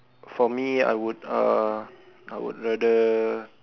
for me I would uh I would rather